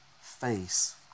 face